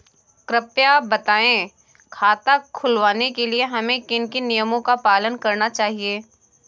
कृपया बताएँ खाता खुलवाने के लिए हमें किन किन नियमों का पालन करना चाहिए?